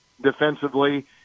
defensively